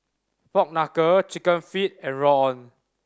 pork knuckle Chicken Feet and rawon